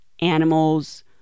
animals